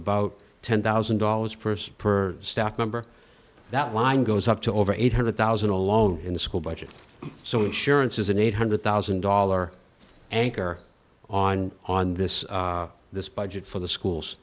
about ten thousand dollars a person per staff member that line goes up to over eight hundred thousand alone in the school budget so insurance is an eight hundred thousand dollar anchor on on this this budget for the schools